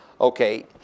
Okay